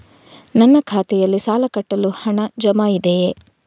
ನನ್ನ ಖಾತೆಯಲ್ಲಿ ಸಾಲ ಕಟ್ಟಲು ಹಣ ಜಮಾ ಇದೆಯೇ?